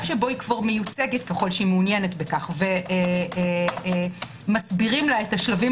שבו היא מיוצגת ככל שהיא מעוניינת בכך ומסבירים לה את השלבים